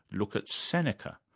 look at seneca.